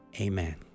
Amen